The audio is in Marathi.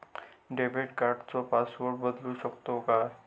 डेबिट कार्डचो पासवर्ड बदलु शकतव काय?